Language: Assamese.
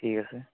ঠিক আছে